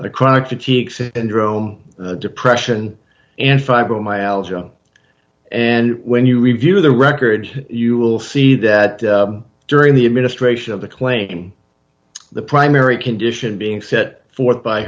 a chronic fatigue syndrome depression and fibromyalgia and when you review the record you will see that during the administration of the claim the primary condition being set forth by